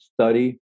study